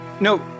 No